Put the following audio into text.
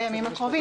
בימים הקרובים.